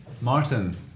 Martin